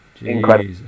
incredible